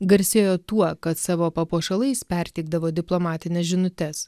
garsėjo tuo kad savo papuošalais perteikdavo diplomatines žinutes